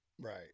Right